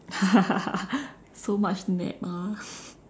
so much mad us